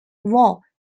war